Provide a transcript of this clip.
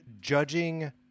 judging